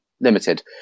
limited